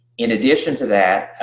in addition to that,